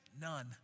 None